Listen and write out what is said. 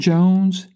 Jones